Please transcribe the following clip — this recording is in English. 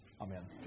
amen